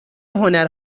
هنر